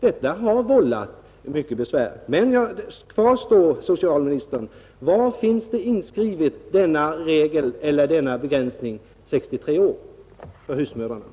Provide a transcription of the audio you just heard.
Detta har vållat mycket besvär. Kvar står alltså frågan var det finns inskrivet att reglerna begränsas till att avse husmödrar som inte är äldre än 63 år.